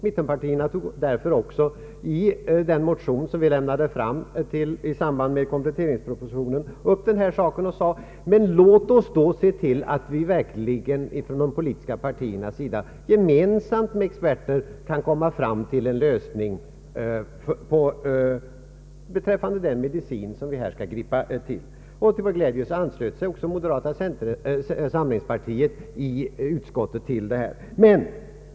Mittenpartierna tog också, i den motion vi avlämnade i samband med kompletteringspropositionen, upp denna sak och föreslog att de politiska partierna gemensamt med experter skulle försöka att komma fram till en lösning av vilken medicin som vore lämplig att tillgripa. Till vår gläd je anslöt sig också moderata samlingspartiet i utskottet till detta förslag.